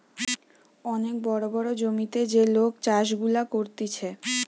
অনেক বড় বড় জমিতে যে লোক চাষ গুলা করতিছে